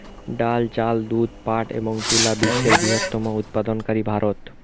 ডাল, চাল, দুধ, পাট এবং তুলা বিশ্বের বৃহত্তম উৎপাদনকারী ভারত